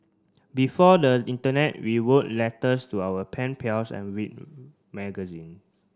before the internet we wrote letters to our pen pals and read magazine